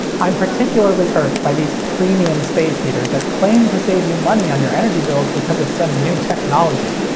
i'm particularly irked by these premium space heaters that claim to save you money on your energy bills because of some new technology.